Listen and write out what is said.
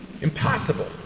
Impossible